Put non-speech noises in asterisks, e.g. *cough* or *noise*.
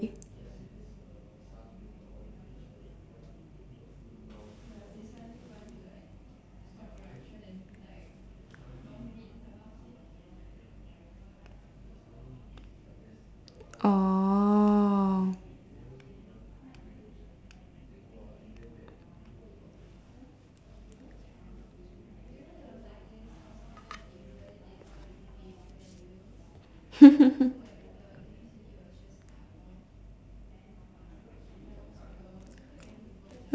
oh *laughs*